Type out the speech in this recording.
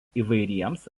įvairiems